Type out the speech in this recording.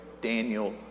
Daniel